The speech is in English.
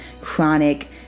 chronic